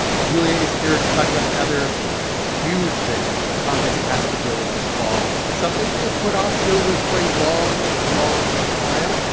julia is here to talk about the other huge thing that congress has to deal with this fall, something we have put off dealing dealing with for a long, long time.